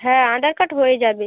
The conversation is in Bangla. হ্যাঁ আধার কার্ড হয়ে যাবে